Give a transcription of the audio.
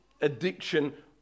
addiction